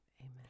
amen